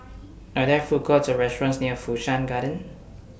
Are There Food Courts Or restaurants near Fu Shan Garden